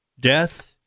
Death